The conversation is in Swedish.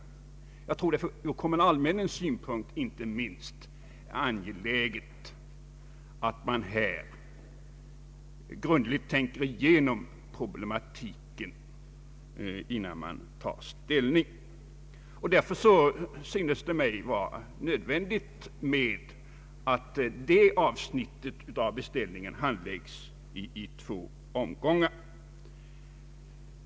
Jag tror att det inte minst ur kommunalmännens synpunkt är angeläget att man här grundligt tänker igenom problematiken innan man tar ställning. Därför synes det mig nödvändigt att detta avsnitt av beställningen handläggs i två omgångar.